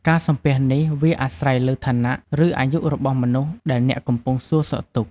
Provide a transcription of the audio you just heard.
ការសំពះនេះ វាអាស្រ័យលើឋានៈ ឬអាយុរបស់មនុស្សដែលអ្នកកំពុងសួរសុខទុក្ខ។